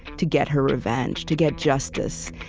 to get her revenge, to get justice.